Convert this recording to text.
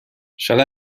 shall